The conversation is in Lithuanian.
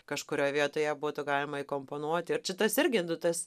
kažkurioj vietoj ją būtų galima įkomponuoti ir čia tas irgi nu tas